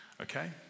okay